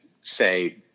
say